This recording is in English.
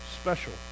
special